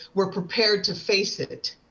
we're prepared to face it.